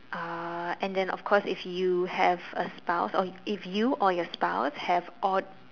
uh and then of course if you have a spouse or if you or your spouse have odd